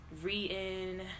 reading